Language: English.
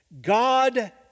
God